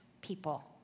people